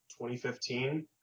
2015